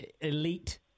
elite